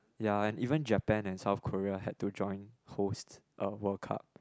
ya and even Japan and South Korea had to join host a World Cup